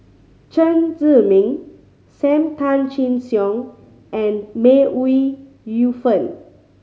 Chen Zhiming Sam Tan Chin Siong and May Ooi Yu Fen